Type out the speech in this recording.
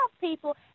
people